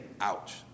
ouch